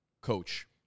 coach